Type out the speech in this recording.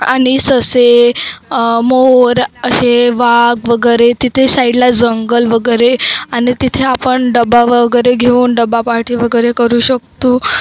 आणि ससे मोर असे वाघ वगैरे तिथे साईडला जंगल वगैरे आणि तिथे आपण डबा वगैरे घेऊन डब्बा पार्टी वगैरे करू शकतो